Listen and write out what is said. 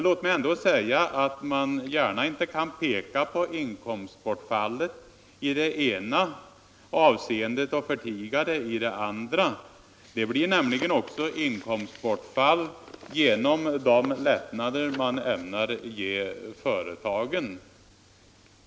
Låt mig säga att man inte gärna kan peka på inkomstbortfallet i det ena avseendet och förtiga det i det andra. Det blir nämligen också inkomstbortfall genom de lättnader man ämnar ge företagen.